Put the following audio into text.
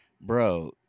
bro